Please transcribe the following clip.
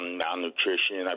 malnutrition